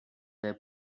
were